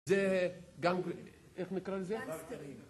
זה גם... איך נקרא לזה? גאנגסטרים